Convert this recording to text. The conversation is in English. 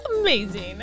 amazing